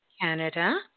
Canada